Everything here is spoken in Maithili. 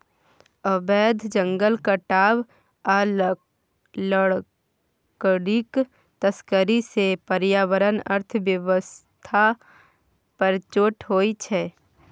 अबैध जंगल काटब आ लकड़ीक तस्करी सँ पर्यावरण अर्थ बेबस्था पर चोट होइ छै